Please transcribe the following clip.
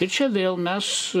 ir čia vėl mes